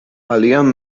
alian